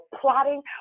plotting